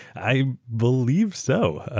i believe so,